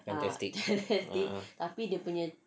testing ah ah